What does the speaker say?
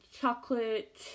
chocolate